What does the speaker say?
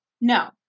no